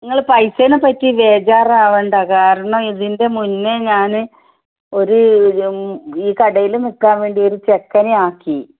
നിങ്ങള് പൈസയെപറ്റി ബേജാറാകേണ്ട കാരണം ഇതിൻ്റെ മുന്നേ ഞാന് ഒരു ഈ കടയില് നില്ക്കാന് വേണ്ടി ഒരു ചെറുക്കനെ ആക്കി